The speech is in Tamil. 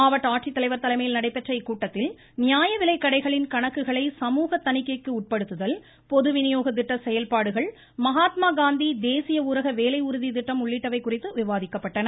மாவட்ட ஆட்சித்தலைவர்கள் தலைமையில் நடைபெற்ற இக்கூட்டத்தில் நியாயவிலைக் கடைகளின் கணக்குகளை சமூக தணிக்கைக்கு உட்படுத்துதல் பொதுவினியோகத்திட்ட செயல்பாடுகள் மகாத்மாகாந்தி தேசிய ஊரக வேலை உறுதி திட்டம் உள்ளிட்டவை குறித்து விவாதிக்கப்பட்டன